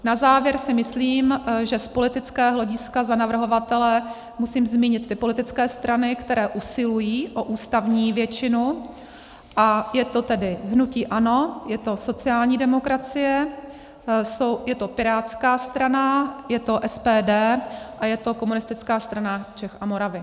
Na závěr si myslím, že z politického hlediska za navrhovatele musím zmínit ty politické strany, které usilují o ústavní většinu, a je to tedy hnutí ANO, je to sociální demokracie, je to pirátská strana, je to SPD a je to Komunistická strana Čech a Moravy.